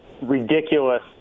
ridiculous